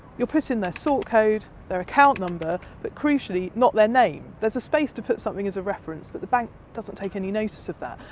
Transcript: you put in their sort code, their account number, but crucially not their name. there's a space to put something as a reference, but the bank doesn't take any notice of that.